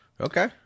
Okay